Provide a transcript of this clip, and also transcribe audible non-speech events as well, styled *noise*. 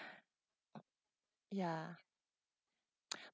*breath* ya *noise*